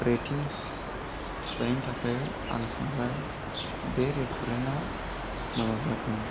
ratings होनायनि थाखाय आं सानबाय बे रेस्टुरेन्टा मोजां जागोन